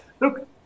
look